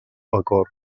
acord